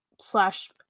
slash